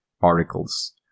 articles